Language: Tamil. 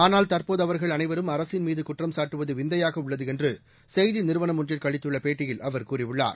ஆனால் தற்போது அவர்கள் அனைவரும் அரசின்மீது குற்றம் சாட்டுவது விந்தையாக உள்ளது என்று செய்தி நிறுவனம் ஒன்றுக்கு அளித்துள்ள பேட்டியில் அவர் கூறியுள்ளார்